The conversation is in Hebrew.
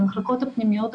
המחלקות הפנימיות,